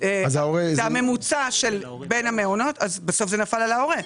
זה הממוצע בין המעונות, אז בסוף זה נפל על ההורה.